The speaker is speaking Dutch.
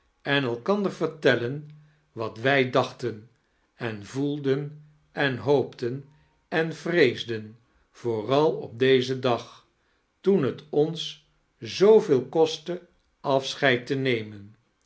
en elkander vertellen wat wij daohten en voelden en hoopten en vreesden vooralop dezen dag ttoen het ons zooveel kostte afs'cheicj te nernen